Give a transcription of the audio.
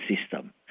system